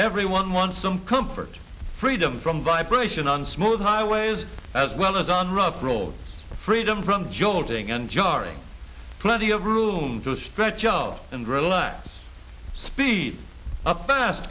everyone wants some comfort freedom from vibration on smooth highways as well as on rough roads freedom from jolting and jarring plenty of room to stretch out and relax speed up fast